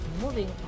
Moving